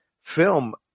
film